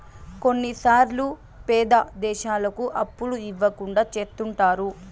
కొన్నిసార్లు పేద దేశాలకు అప్పులు ఇవ్వకుండా చెత్తుంటారు